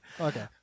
Okay